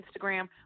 Instagram